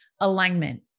alignment